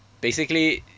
basically